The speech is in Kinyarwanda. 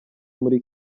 muri